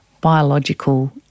biological